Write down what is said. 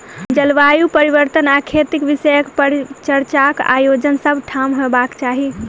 जलवायु परिवर्तन आ खेती विषयक परिचर्चाक आयोजन सभ ठाम होयबाक चाही